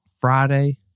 Friday